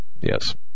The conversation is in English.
Yes